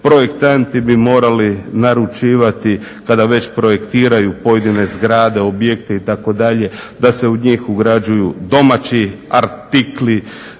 Projektanti bi morali naručivati kada već projektiraju pojedine zgrade, objekte itd. da se u njih ugrađuju domaći artikli.